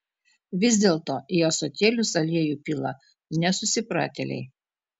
vis dėlto į ąsotėlius aliejų pila nesusipratėliai